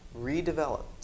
Redevelop